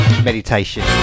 Meditation